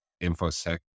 infosec